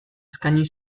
eskaini